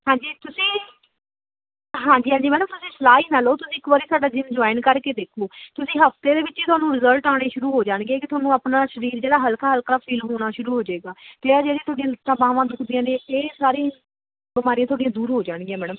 ਹਾਂਜੀ ਤੁਸੀਂ ਹਾਂਜੀ ਹਾਂਜੀ ਮੈਡਮ ਤੁਸੀਂ ਸਲਾਹ ਹੀ ਨਾ ਲਓ ਤੁਸੀਂ ਇੱਕ ਵਾਰੀ ਸਾਡਾ ਜਿੰਮ ਜੁਆਇਨ ਕਰਕੇ ਦੇਖੋ ਤੁਸੀਂ ਹਫਤੇ ਦੇ ਵਿੱਚ ਤੁਹਾਨੂੰ ਰਿਜ਼ਲਟ ਆਉਣੇ ਸ਼ੁਰੂ ਹੋ ਜਾਣਗੇ ਕਿ ਤੁਹਾਨੂੰ ਆਪਣਾ ਸਰੀਰ ਜਿਹੜਾ ਹਲਕਾ ਹਲਕਾ ਫੀਲ ਹੋਣਾ ਸ਼ੁਰੂ ਹੋ ਜਾਏਗਾ ਅਤੇ ਆ ਜਿਹੜੀ ਤੁਹਾਡੀ ਲੱਤਾਂ ਬਾਹਵਾਂ ਦੁੱਖਦੀਆਂ ਨੇ ਇਹ ਸਾਰੀ ਬਿਮਾਰੀ ਤੁਹਾਡੀਆਂ ਦੂਰ ਹੋ ਜਾਣਗੀਆਂ ਮੈਡਮ